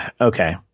okay